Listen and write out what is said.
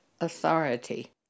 authority